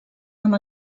amb